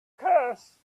curse